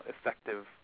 effective